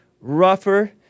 rougher